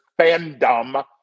fandom